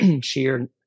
sheer